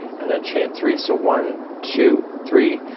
and then chain three. so one, two, three,